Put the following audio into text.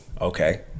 Okay